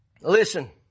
Listen